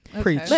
Preach